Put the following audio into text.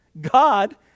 God